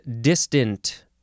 distant